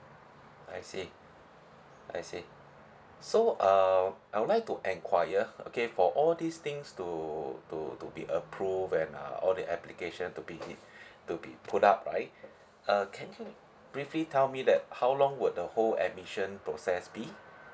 I see I see so um I would like to enquire okay for all these things to to to be approved and uh all the application to be to be put up right uh can you briefly tell me that how long would the whole admission process be